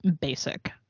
basic